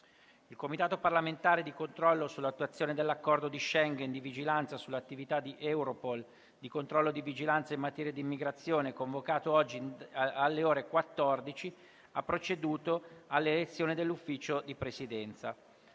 Il Comitato parlamentare di controllo sull'attuazione dell'Accordo di Schengen, di vigilanza sull'attività di Europol, di controllo e di vigilanza in materia di immigrazione, convocato oggi alle ore 14, ha proceduto all'elezione dell'Ufficio di Presidenza.